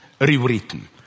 rewritten